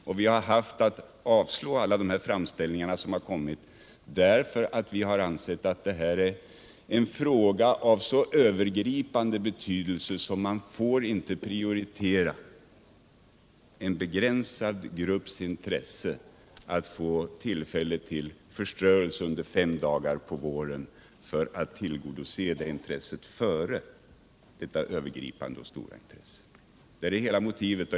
Och vi har haft att avslå många framställningar som inkommit, därför att vi har ansett att denna fråga är av så övergripande betydelse att vi inte kan prioritera en begränsad grupps intresse av att få tillfälle till förströelse under fem dagar på våren. Det har varit vårt motiv.